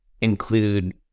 include